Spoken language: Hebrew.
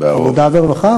עבודה ורווחה,